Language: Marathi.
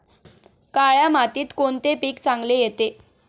काळ्या मातीत कोणते पीक चांगले येते?